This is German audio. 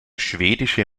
schwedische